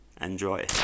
Enjoy